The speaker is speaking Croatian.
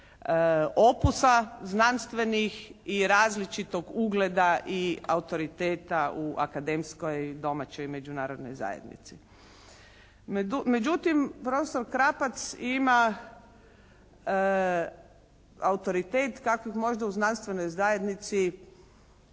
opusa znanstvenih i različitog ugleda i autoriteta u akademskoj domaćoj i međunarodnoj zajednici. Međutim profesor Krapac ima autoritet kakav možda u znanstvenoj zajednici